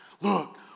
look